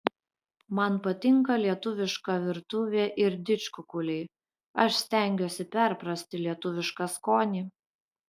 man patinka lietuviška virtuvė ir didžkukuliai aš stengiuosi perprasti lietuvišką skonį